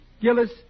Gillis